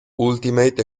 ultimate